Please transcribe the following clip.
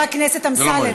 חבר הכנסת אמסלם,